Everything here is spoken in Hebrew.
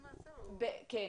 כן.